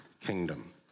kingdom